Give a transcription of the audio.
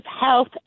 health